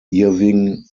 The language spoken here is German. irving